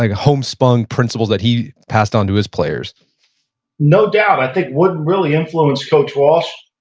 like homespun principles that he passed on to his players no doubt. i think wooden really influenced coach walsh,